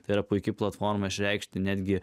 tai yra puiki platforma išreikšti netgi